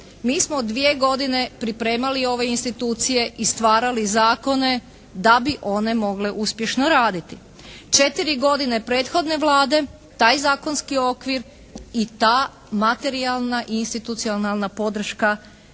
mi smo dvije godine pripremali ove institucije i stvarali zakone da bi one mogle uspješno raditi. Četiri godine prethodne Vlade taj zakonski okvir i ta materijalna i institucionalna podrška